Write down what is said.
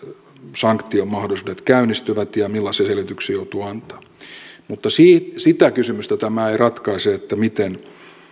sanktiomahdollisuudet käynnistyvät ja millaisia selvityksiä joudutaan antamaan mutta sitä kysymystä tämä ei ratkaise miten